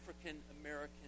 African-American